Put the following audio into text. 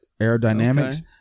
aerodynamics